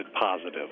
positive